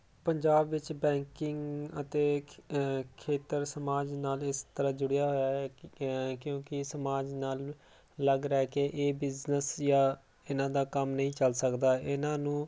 ਪੰਜਾਬ ਵਿੱਚ ਬੈਂਕਿੰਗ ਅਤੇ ਖੇਤਰ ਸਮਾਜ ਨਾਲ ਇਸ ਤਰ੍ਹਾਂ ਜੁੜਿਆ ਹੋਇਆ ਹੈ ਕਿਉਂਕਿ ਸਮਾਜ ਨਾਲ ਅਲੱਗ ਰਹਿ ਕੇ ਇਹ ਬਿਜਨਸ ਜਾਂ ਇਹਨਾਂ ਦਾ ਕੰਮ ਨਹੀਂ ਚੱਲ ਸਕਦਾ ਇਹਨਾਂ ਨੂੰ